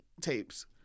tapes